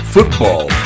Football